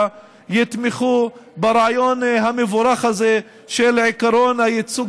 יתמכו ברעיון המבורך הזה של עקרון הייצוג